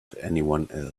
anyone